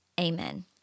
Amen